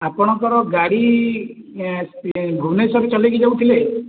ଆପଣଙ୍କର ଗାଡ଼ି ଭୁବନେଶ୍ୱରରୁ ଚଲେଇକି ଯାଉଥିଲେ